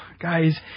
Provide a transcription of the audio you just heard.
Guys